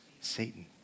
Satan